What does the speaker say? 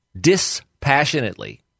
dispassionately